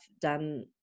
done